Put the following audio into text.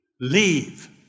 leave